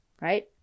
right